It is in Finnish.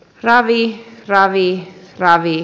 ravit raviin ravit